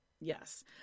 Yes